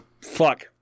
Fuck